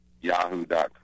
yahoo.com